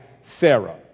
Sarah